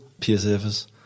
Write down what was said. PSFs